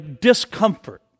discomfort